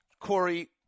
Corey